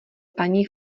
paní